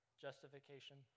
Justification